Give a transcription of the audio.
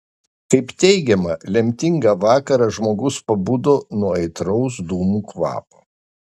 kaip teigiama lemtingą vakarą žmogus pabudo nuo aitraus dūmų kvapo